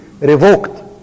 revoked